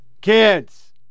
kids